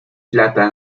plata